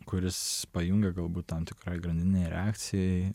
kuris pajungia galbūt tam tikrai grandininei reakcijai